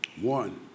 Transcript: One